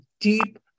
deep